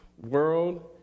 world